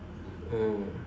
mm